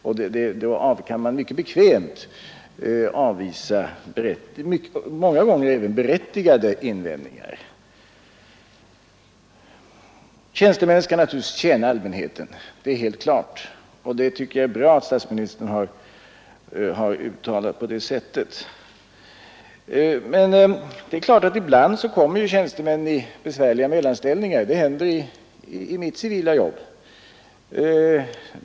Därigenom har man mycket bekvämt avvisat många gånger även berättigade invändningar. Lika klart är att tjänstemännen skall tjäna allmänheten, och jag tycker det var bra att statsministern uttalade detta på det sätt han gjorde. Men ibland kommer tjänstemännen ändå i besvärliga mellanställningar. Det = Nr 136 händer också i mitt civila jobb.